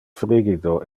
frigido